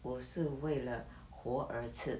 我是为了活而吃